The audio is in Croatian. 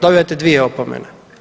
Dobivate dvije opomene.